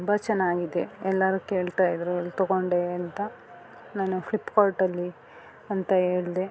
ತುಂಬ ಚೆನ್ನಾಗಿದೆ ಎಲ್ಲರು ಕೇಳ್ತಾಯಿದ್ದರು ಎಲ್ಲಿ ತಗೊಂಡೆ ಅಂತ ನಾನು ಫ್ಲಿಪ್ಕಾರ್ಟಲ್ಲಿ ಅಂತ ಹೇಳ್ದೆ